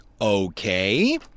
Okay